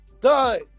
Done